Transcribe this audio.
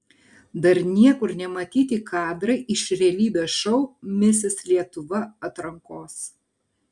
dar niekur nematyti kadrai iš realybės šou misis lietuva atrankos